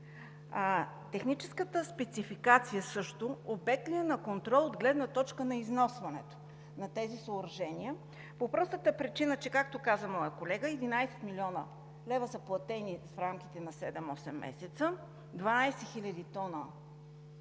техническата спецификация също обект ли е на контрол от гледна точка на износването на тези съоръжения? По простата причина, че както каза моят колега, 11 млн. лв. са платени в рамките на седем-осем месеца, 12 хиляди тона